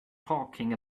talking